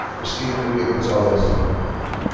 christina marie gonzalez.